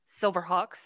Silverhawks